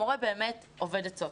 המורה באמת אובד עצות.